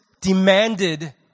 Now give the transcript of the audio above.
demanded